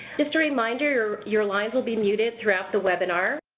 just a reminder, your lines will be muted throughout the webinar.